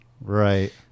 Right